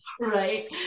Right